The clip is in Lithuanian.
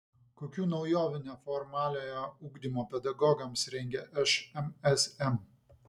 kokių naujovių neformaliojo ugdymo pedagogams rengia šmsm